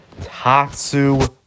Tatsu